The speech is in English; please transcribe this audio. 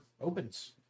opens